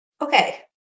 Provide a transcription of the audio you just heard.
Okay